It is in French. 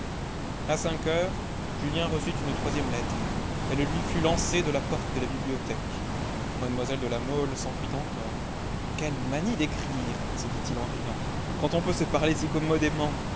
a cinq heures julien reçut une troisième lettre elle lui fut lancée de la porte de la bibliothèque mlle de la mole s'enfuit encore quelle manie d'écrire se dit-il en riant quand on peut se parler si